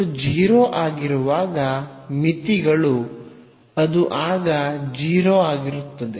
x 0 ಆಗಿರುವಾಗ ಮಿತಿಗಳು ಅದು ಆಗ 0 ಆಗಿರುತ್ತದೆ